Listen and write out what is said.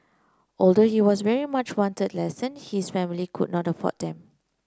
although he was very much wanted lesson his family could not afford them